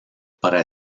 para